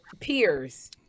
peers